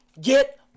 get